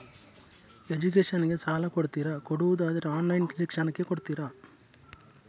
Education ಗೆ ಸಾಲ ಕೊಡ್ತೀರಾ, ಕೊಡುವುದಾದರೆ ಆನ್ಲೈನ್ ಶಿಕ್ಷಣಕ್ಕೆ ಕೊಡ್ತೀರಾ?